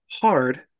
hard